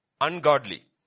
ungodly